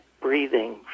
breathing